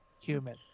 human